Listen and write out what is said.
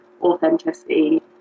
authenticity